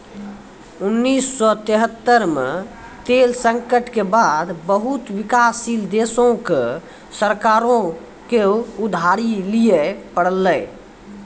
उन्नीस सौ तेहत्तर मे तेल संकटो के बाद बहुते विकासशील देशो के सरकारो के उधारी लिये पड़लै